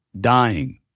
Dying